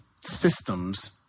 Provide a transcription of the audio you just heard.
systems